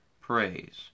praise